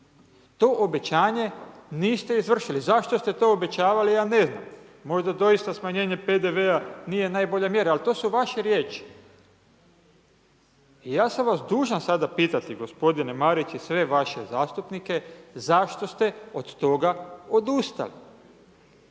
to obećanje niste izvršili, zašto ste to obećavali, ja ne znam. Možda doista smanjenje PDV-a nije najbolja mjera, ali to su vaše riječi. Ja sam vas dužan sada pitati gospodine Marić i sve vaše zastupnike zašto ste od toga odustali?